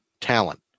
talent